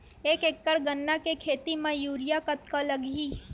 एक एकड़ गन्ने के खेती म यूरिया कतका लगही?